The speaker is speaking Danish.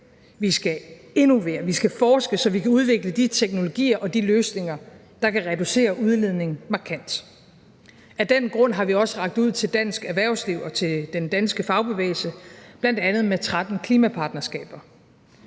vi skal innovere, vi skal forske, så vi kan udvikle de teknologier og de løsninger, der kan reducere udledningen markant. Af den grund har vi også rakt ud til dansk erhvervsliv og den danske fagbevægelse, bl.a. med 13 klimapartnerskaber.